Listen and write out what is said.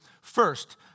First